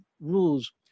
rules